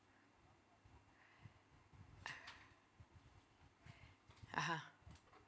(uh huh)